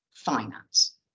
Finance